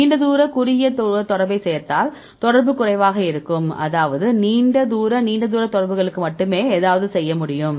நீண்ட தூர குறுகிய தூர தொடர்பைச் சேர்த்தால் தொடர்பு குறைவாக இருக்கும் அதாவது நீண்ட தூர நீண்ட தூர தொடர்புகளுக்கு மட்டுமே ஏதாவது செய்ய முடியும்